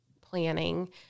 planning